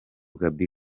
gaby